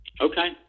Okay